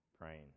praying